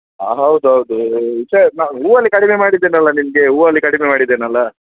ಹಾಂ ಹೌದು ಹೌದು ಚೆ ನಾವು ಹೂವಲ್ಲಿ ಕಡಿಮೆ ಮಾಡಿದ್ದೇನಲ್ಲ ನಿಮಗೆ ಹೂವಲ್ಲಿ ಕಡಿಮೆ ಮಾಡಿದ್ದೇನಲ್ಲ